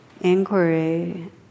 inquiry